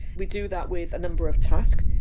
we do that with a number of tasks.